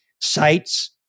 sites